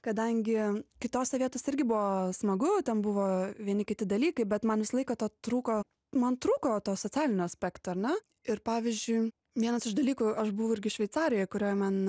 kadangi kitose vietose irgi buvo smagu ten buvo vieni kiti dalykai bet man visą laiką to trūko man trūko to socialinio aspekto ar ne ir pavyzdžiui vienas iš dalykų aš buvau irgi šveicarijoj kurioj man